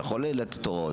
הוא יכול לתת הוראות.